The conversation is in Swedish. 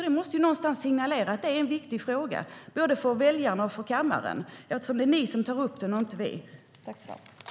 Det måste signalera att det är en viktig fråga för både väljarna och kammaren eftersom ni tar upp det och inte vi.